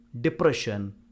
depression